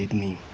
me